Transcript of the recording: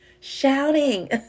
Shouting